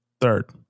Third